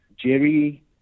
Jerry